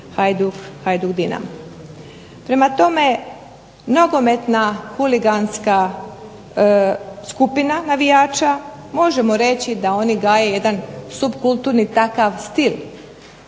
Hajduk – Dinamo. Prema tome, nogometna huliganska skupina navijača možemo reći da oni gaje jedan subkulturni takav stil